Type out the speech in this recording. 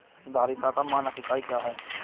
धारिता का मानक इकाई क्या है?